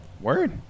word